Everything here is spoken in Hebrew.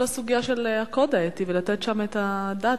הסוגיה של הקוד האתי ולתת שם את הדעת,